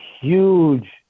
huge